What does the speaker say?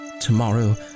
Tomorrow